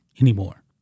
anymore